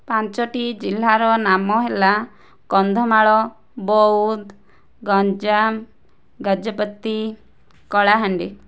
ପାଞ୍ଚୋଟି ଜିଲ୍ଲାର ନାମ ହେଲା କନ୍ଧମାଳ ବୌଦ୍ଧ ଗଞ୍ଜାମ ଗଜପତି କଳାହାଣ୍ଡି